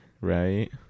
Right